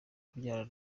kubyarana